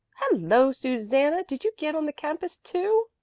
hello, susanna! did you get on the campus too?